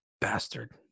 bastard